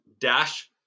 dash